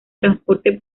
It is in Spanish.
transporte